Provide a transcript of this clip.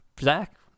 Zach